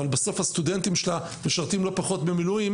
בסוף הסטודנטים שלה משרתים לא פחות במילואים,